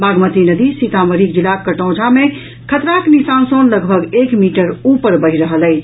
बागमती नदी सीतामढ़ी जिलाक कटौंझा मे खतराक निशान सँ लगभग एक मीटर ऊपर बहि रहल अछि